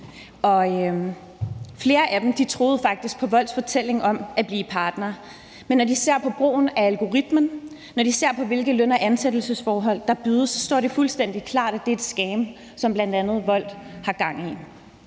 flere af den troede faktisk på Volts fortælling om at blive partnere, men når de ser på brugen af algoritmen, når de ser på, hvilke løn- og ansættelsesforhold der tilbydes, så står det fuldstændig klart, at det er et scam, som bl.a. Volt har gang i,